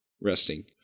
resting